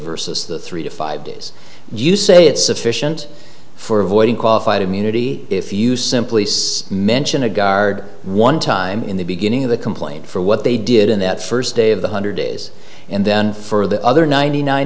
versus the three to five days you say it's sufficient for avoiding qualified immunity if you simply mention a guard one time in the beginning of the complaint for what they did in that first day of the hundred days and then for the other ninety nine